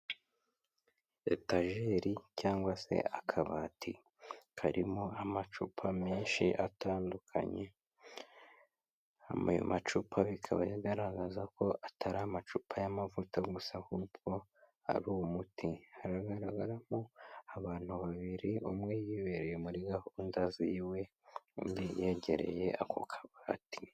Etajeri cyangwa se akabati karimo amacupa menshi atandukanye, ayo macupa bikaba bigaragaza ko atari amacupa y'amavuta gusa ahubwo ari umuti. Haragaragaramo abantu babiri umwe yibereye muri gahunda ziwe undi yegereye ako kabati.